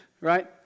right